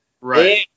Right